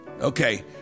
okay